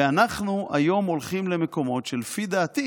ואנחנו היום הולכים למקומות שלפי דעתי